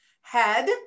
Head